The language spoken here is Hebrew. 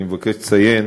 אני מבקש לציין